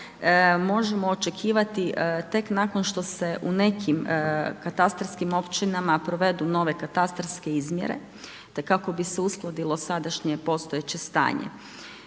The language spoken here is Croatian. možemo očekivati tek nakon što se u nekim katastarskim općinama provedu nove katastarske izmjere te kako bi se uskladilo sadašnje postojeće stanje.